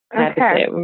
Okay